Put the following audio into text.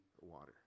water